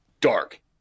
dark